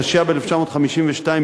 התשי"ב 1952,